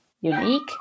unique